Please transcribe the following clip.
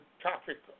topic